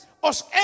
os